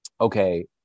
okay